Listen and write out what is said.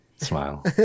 Smile